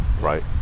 right